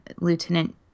Lieutenant